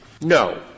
No